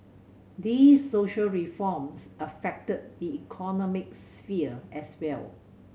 these social reforms affected the economic sphere as well